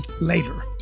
later